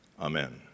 Amen